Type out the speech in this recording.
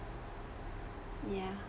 ya